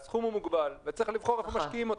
הסכום הוא מוגבל וצריך לבחור איפה משקיעים אותו.